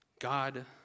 God